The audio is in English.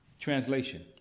Translation